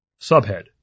Subhead